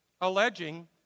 alleging